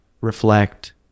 reflect